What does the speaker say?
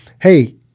hey